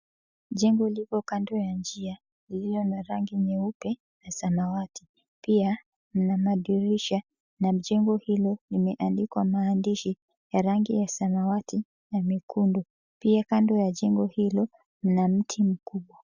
Jengo lipo kando ya njia iliyo na rangi nyeupe na samawati. Pia mna madirisha na jengo hilo limeandikwa maandishi ya rangi ya samawati na mekundu. Pia kando ya jengo hilo mna mti mkubwa.